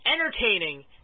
entertaining